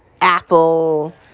Apple